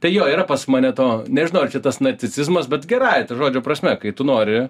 tai jo yra pas mane to nežinau ar čia tas narcisizmas bet gerąja to žodžio prasme kai tu nori